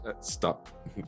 stop